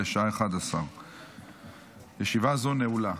בשעה 11:00. ישיבה זו נעולה.